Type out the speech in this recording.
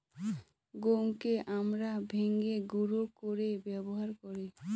গমকে আমরা ভেঙে গুঁড়া করে ব্যবহার করি